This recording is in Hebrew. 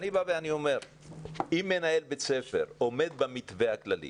אני אומר שאם מנהל בית ספר עומד במתווה הכללי